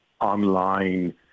online